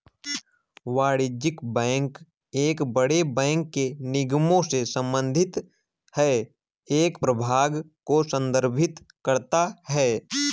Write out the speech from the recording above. वाणिज्यिक बैंक एक बड़े बैंक के निगमों से संबंधित है एक प्रभाग को संदर्भित करता है